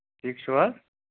ٹھیٖک چھِو حظ